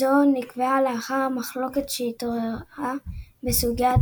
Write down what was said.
זו נקבעה לאחר המחלוקת שהתעוררה בסוגיית